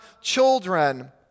children